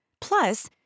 Plus